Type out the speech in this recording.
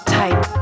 type